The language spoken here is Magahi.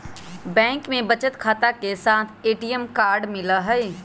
बैंक में बचत खाता के साथ ए.टी.एम कार्ड मिला हई